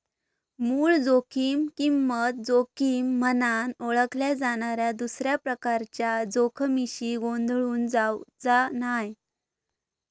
मूळ जोखीम किंमत जोखीम म्हनान ओळखल्या जाणाऱ्या दुसऱ्या प्रकारच्या जोखमीशी गोंधळून जावचा नाय